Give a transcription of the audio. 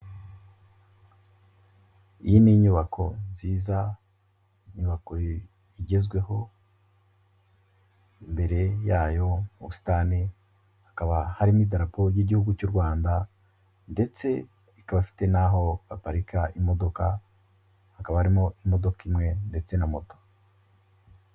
Iyi ni inyubako nziza, inyubako igezweho, imbere yayo ubusitani, hakaba harimo idarapo y'igihugu cy'u Rwanda ndetse ikaba ifite n'aho baparika imodoka, hakaba harimo imodoka imwe ndetse na moto.